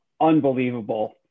unbelievable